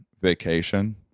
vacation